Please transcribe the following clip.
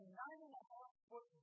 nine-and-a-half-foot